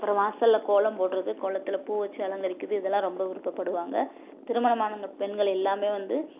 அப்புறோம் வாசலில் கோலம் போடுறது கோலத்தில் பூ வச்சு அலங்கரிக்குது இதெல்லாம் ரொம்ப விருப்பப்படுவாங்க திருமணமானவங்க பெண்கள் எல்லாருமே வந்து